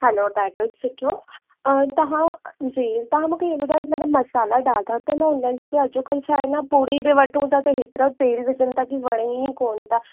हलो ॾाढो सुठो तव्हांजी तव्हां मूंखे इहा ॿुधाए सघंदा मशाला ॾाढा त हूंदा आहिनि छोकी अॼकल छा आहे न पूड़ी बि वठूं था त हेतिरा तेल विझनि था की वणे ई कोन था